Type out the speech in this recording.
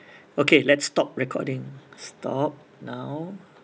okay let's stop recording stop now